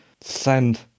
send